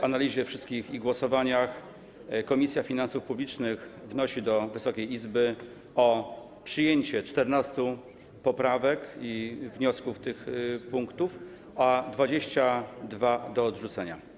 Po analizie wszystkich i po głosowaniach Komisja Finansów Publicznych wnosi do Wysokiej Izby o przyjęcie 14. poprawek i wniosków do tych punktów, a 22 rekomenduje odrzucić.